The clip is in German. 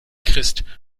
christ